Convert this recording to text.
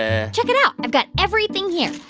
ah check it out. i've got everything here.